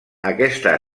aquesta